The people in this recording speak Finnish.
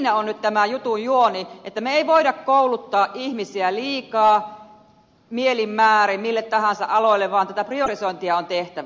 siinä on nyt tämä jutun juoni että me emme voi kouluttaa ihmisiä liikaa mielin määrin mille tahansa aloille vaan tätä priorisointia on tehtävä